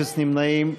אפס נמנעים.